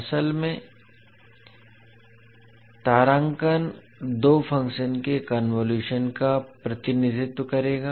असल में तारांकन दो फंक्शन के कन्वोलुशन का प्रतिनिधित्व करेगा